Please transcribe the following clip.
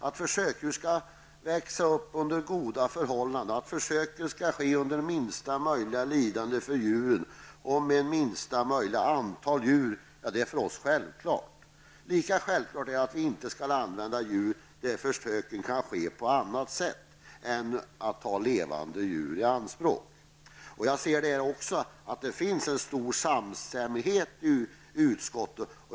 Att försöksdjuren skall växa upp under goda förhållanden, att försöken skall ske under minsta möjliga lidande för djuren och med minsta möjliga antal djur är för oss självklart. Lika självklart är det att vi inte skall använda djur där försöken kan ske på annat sätt än att levande djur tas i anspråk. Där kan jag se att det finns en stor samstämmighet i utskottet.